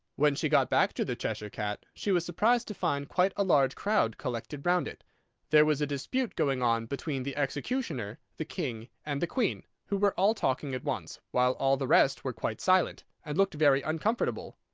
when she got back to the cheshire cat, she was surprised to find quite a large crowd collected round it there was a dispute going on between the executioner, the king, and the queen, who were all talking at once, while all the rest were quite silent, and looked very uncomfortable.